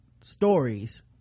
stories